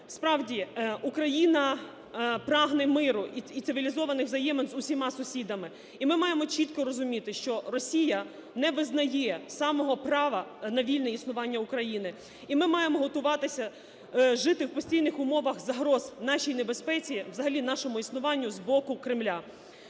Справді, Україна прагне миру і цивілізованих взаємин з усіма сусідами. І ми маємо чітко розуміти, що Росія не визнає самого права на вільне існування України. І ми маємо готуватися жити в постійних умовах загроз нашій небезпеці, взагалі нашому існуванню з боку Кремля.